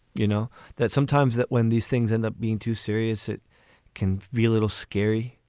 you know that sometimes that when these things end up being too serious, it can be a little scary